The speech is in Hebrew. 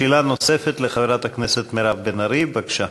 שאלה נוספת לחברת הכנסת מירב בן ארי, בבקשה.